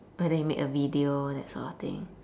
whether you made a video that sort of thing